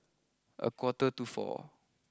a quarter to four